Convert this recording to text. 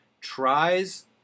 tries